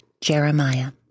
Jeremiah